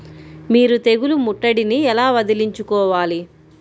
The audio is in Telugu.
మీరు తెగులు ముట్టడిని ఎలా వదిలించుకోవాలి?